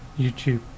YouTube